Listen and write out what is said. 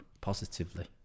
positively